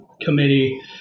committee